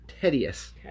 tedious